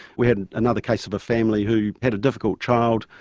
we had another case of a family who had a difficult child,